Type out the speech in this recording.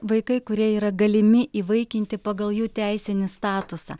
vaikai kurie yra galimi įvaikinti pagal jų teisinį statusą